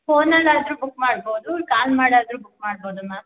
ಫೋನಲ್ಲಿ ಆದರೂ ಬುಕ್ ಮಾಡ್ಬೌದು ಕಾಲ್ ಮಾಡಾದರೂ ಬುಕ್ ಮಾಡ್ಬೌದು ಮ್ಯಾಮ್